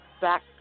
back